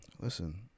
listen